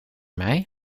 mij